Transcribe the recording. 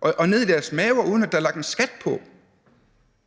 og ned i deres maver, uden at der er lagt en skat på.